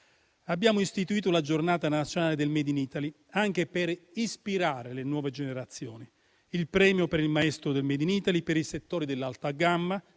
Abbiamo istituito la Giornata nazionale del *made in Italy* anche per ispirare le nuove generazioni; il Premio per il maestro del *made in Italy* per i settori dell'alta gamma